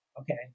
okay